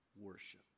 worship